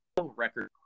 record